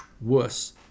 worse